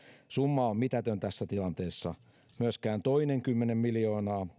summa on mitätön tässä tilanteessa myöskään toinen kymmenen miljoonaa